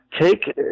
take